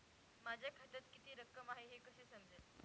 माझ्या खात्यात किती रक्कम आहे हे कसे समजेल?